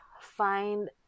Find